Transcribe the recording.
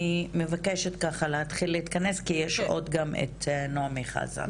אני מבקשת ככה להתחיל להתכנס כי יש עוד גם את נעמי חזן.